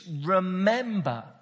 remember